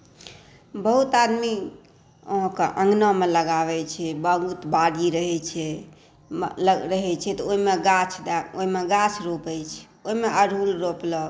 बहुत आदमी अङ्गनामे लगाबै छै बहुत बागी रहै छै तऽ ओहिमे गाछ रोपै छै ओहिमे अड़हुल रोपलक